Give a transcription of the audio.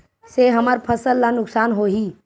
से हमर फसल ला नुकसान होही?